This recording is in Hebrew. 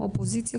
אופוזיציה,